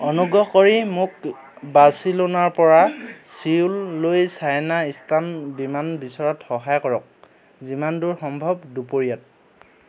অনুগ্ৰহ কৰি মোক বাৰ্চিলোনাৰ পৰা ছিউললৈ চাইনা ইষ্টাৰ্ণ বিমান বিচৰাত সহায় কৰক যিমান দূৰ সম্ভৱ দুপৰীয়াত